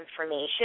information